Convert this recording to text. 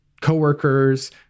coworkers